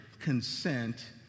consent